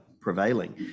prevailing